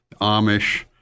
Amish